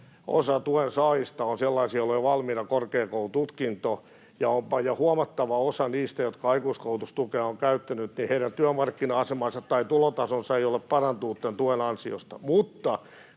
osa tuen saajista on sellaisia, joilla on jo valmiina korkeakoulututkinto, ja huomattavalla osalla niistä, jotka aikuiskoulutustukea ovat käyttäneet, ei työmarkkina-asema tai tulotaso ole parantunut tämän tuen ansiosta.